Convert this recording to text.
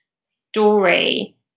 story